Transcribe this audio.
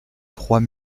trois